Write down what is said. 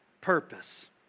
purpose